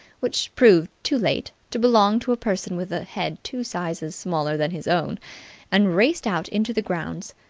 which proved, too late, to belong to a person with a head two sizes smaller than his own and raced out into the grounds.